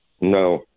No